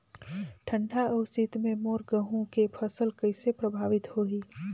ठंडा अउ शीत मे मोर गहूं के फसल कइसे प्रभावित होही?